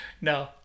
No